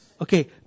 Okay